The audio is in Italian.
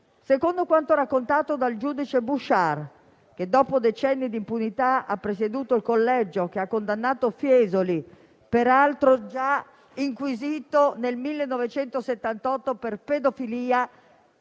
Ricordo che il giudice Bouchard dopo decenni di impunità ha presieduto il collegio che ha condannato Fiesoli, peraltro già inquisito nel 1978 per pedofilia,